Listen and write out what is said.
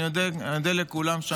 אני אודה לכולם שם.